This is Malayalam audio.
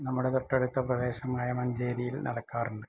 നമ്മുടെ തൊട്ടടുത്ത പ്രദേശങ്ങളായ മഞ്ചേരിയിൽ നടക്കാറുണ്ട്